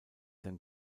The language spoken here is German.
sein